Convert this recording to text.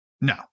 No